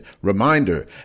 reminder